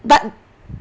but